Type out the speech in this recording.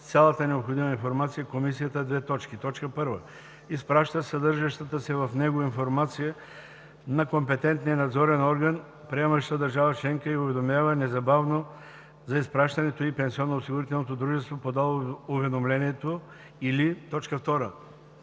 цялата необходима информация комисията: 1. изпраща съдържащата се в него информация на компетентния надзорен орган в приемащата държава членка и уведомява незабавно за изпращането ѝ пенсионноосигурителното дружество, подало уведомлението, или 2.